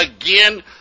again